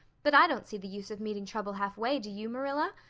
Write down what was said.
but i don't see the use of meeting trouble halfway, do you, marilla?